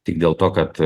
tik dėl to kad